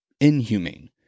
inhumane